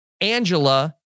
Angela